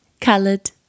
coloured